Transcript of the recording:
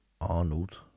Arnold